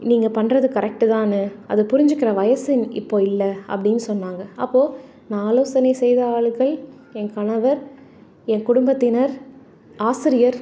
நீங்கள் பண்ணுறது கரெக்ட்டுதான்னு அதை புரிஞ்சுக்கிற வயது இப்போது இல்லை அப்படின்னு சொன்னாங்க அப்போது நான் ஆலோசனை செய்த ஆட்கள் என் கணவர் என் குடும்பத்தினர் ஆசிரியர்